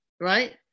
right